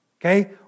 okay